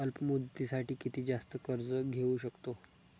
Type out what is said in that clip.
अल्प मुदतीसाठी किती जास्त कर्ज घेऊ शकतो?